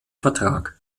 vertrag